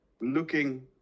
looking